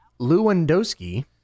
Lewandowski